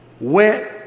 went